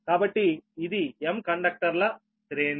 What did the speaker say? కాబట్టి ఇది m కండక్టర్ల శ్రేణి